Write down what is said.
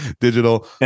digital